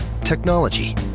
Technology